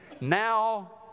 Now